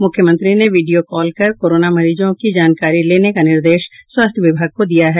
मुख्यमंत्री ने video call कर कोरोना मरीजों की जानकारी लेने का निर्देश स्वास्थ्य विभाग को दिया है